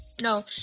No